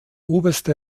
oberste